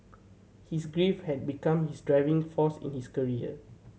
his grief had become his driving force in his career